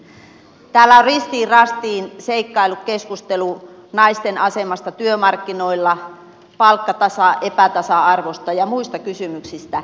täällä on ristiin rastiin seikkaillut keskustelu naisten asemasta työmarkkinoilla palkkaepätasa arvosta ja muista kysymyksistä